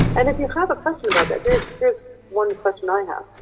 and if you have a question about that, here's here's one question i have.